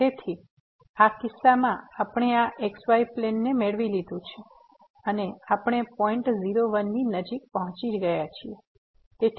તેથી આ કિસ્સામાં આપણે આ xy પ્લેન મેળવી લીધું છે અને આપણે પોઈન્ટ01 ની નજીક પહોંચી રહ્યા છીએ